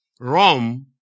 Rome